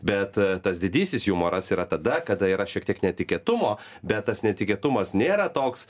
bet tas didysis jumoras yra tada kada yra šiek tiek netikėtumo bet tas netikėtumas nėra toks